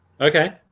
Okay